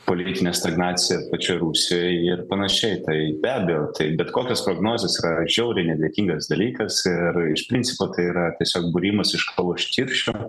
politinė stagnacija pačioj rusijoj ir panašiai tai be abejo tai bet kokios prognozės yra žiauriai nedėkingas dalykas ir iš principo tai yra tiesiog būrimas iš kavos tirščių